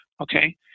okay